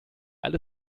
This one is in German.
alle